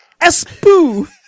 Espoo